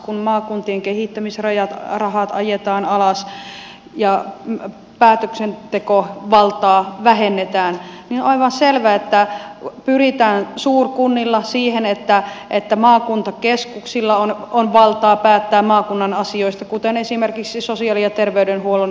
kun maakuntien kehittämisrahat ajetaan alas ja päätöksentekovaltaa vähennetään niin on aivan selvä että pyritään suurkunnilla siihen että maakuntakeskuksilla on valtaa päättää maakunnan asioista kuten esimerkiksi sosiaali ja terveydenhuollon uudistuksessa